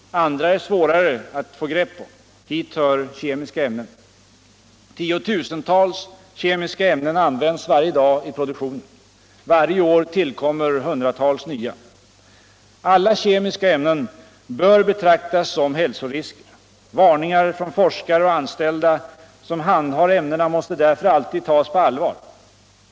Andra är svårare att få grepp om. Hit hör kemiska ämnen. Tiotusentals kemiska ämnen används varje dag i produktionen. Varje år tuillkommer hundratals nya. Alla kemiska ämnen bör betraktas som hälsorisker. Varningar från forskare och anställda som handhar ämnena måste därför alltid tas på allvar.